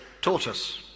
Tortoise